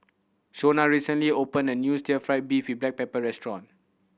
Shonna recently opened a new still fried beef with black pepper restaurant